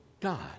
God